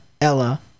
Ella